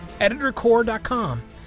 Editorcore.com